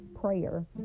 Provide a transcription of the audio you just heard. prayer